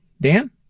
Dan